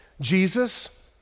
Jesus